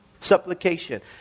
Supplication